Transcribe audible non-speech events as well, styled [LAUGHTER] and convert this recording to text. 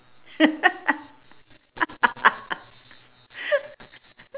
[LAUGHS]